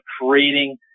creating